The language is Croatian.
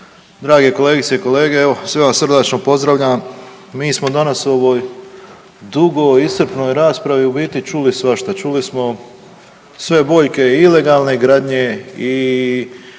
drage kolegice i kolege evo sve vas srdačno pozdravljam. Mi smo danas o ovoj dugoj i iscrpnoj raspravi u biti čuli svašta. Čuli smo sve boljke i ilegalne gradnje i